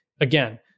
Again